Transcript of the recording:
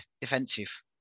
defensive